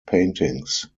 paintings